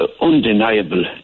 undeniable